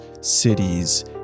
cities